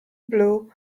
blue